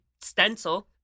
stencil